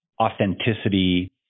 authenticity